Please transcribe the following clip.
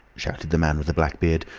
shouted the man with the black beard,